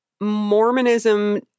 Mormonism